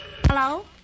Hello